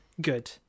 Good